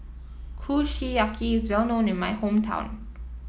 Kushiyaki is well known in my hometown